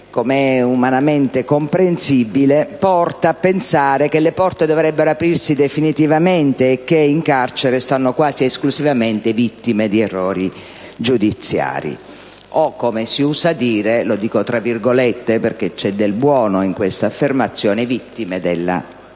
come è umanamente comprensibile, che le porte dovrebbero aprirsi definitivamente e che in carcere stanno quasi esclusivamente le vittime di errori giudiziari o, come si usa dire (lo dico tra virgolette perché c'è del buono in questa affermazione), le «vittime della società».